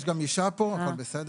יש פה גם אישה, הכול בסדר.